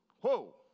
Whoa